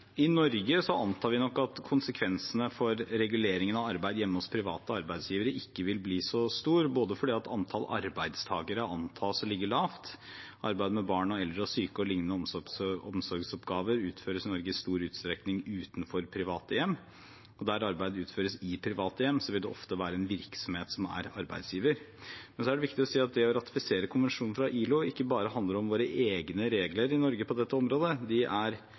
I Norge antar vi nok at konsekvensene av reguleringen av arbeid hjemme hos private arbeidsgivere ikke vil bli så store, fordi antall arbeidstakere antas å ligge lavt. Arbeid med barn og eldre og syke og lignende omsorgsoppgaver utføres i Norge i stor utstrekning utenfor private hjem. Der arbeidet utføres i private hjem, vil det ofte være en virksomhet som er arbeidsgiver. Det er viktig å si at det å ratifisere konvensjonen fra ILO ikke bare handler om våre egne regler i Norge på dette området – de er